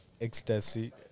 ecstasy